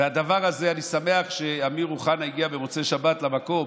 אני שמח שאמיר אוחנה הגיע במוצאי שבת למקום,